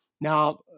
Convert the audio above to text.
Now